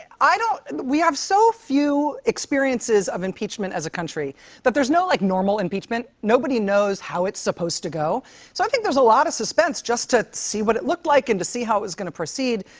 i don't we have so few experiences of impeachment as a country that there's no, like, normal impeachment. nobody knows how it's supposed to go. so i think there's a lot of suspense just to see what it looked like and to see how it was going to proceed.